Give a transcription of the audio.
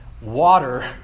water